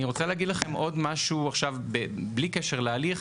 אני רוצה להגיד לכם עוד משהו עכשיו בלי קשר להליך,